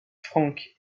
frank